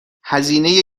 هزینه